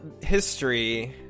history